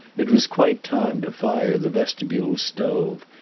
it was quite time to fire the vestibule stove,